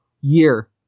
year